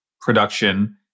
production